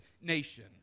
nation